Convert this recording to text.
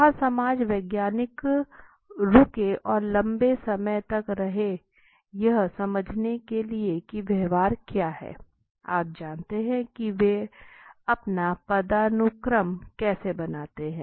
जहाँ समाज वैज्ञानिक रुके और लम्बे समय तक रहे यह समझने के लिए कि व्यवहार क्या है आप जानते हैं कि वे अपना पदानुक्रम कैसे बनाते हैं